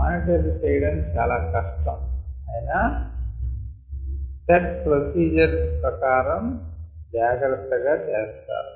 monitor చేయడం చాలా కష్టం అయినా సెట్ ప్రొసీజర్ ప్రకారం జాగ్రత్తగా చేస్తారు